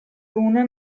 luna